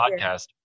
podcast